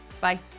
bye